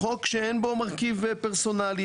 לחוק שאין בו מרכיב פרסונלי,